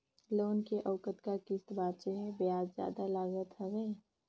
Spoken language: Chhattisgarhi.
लोन के अउ कतका किस्त बांचें हे? ब्याज जादा लागत हवय,